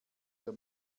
der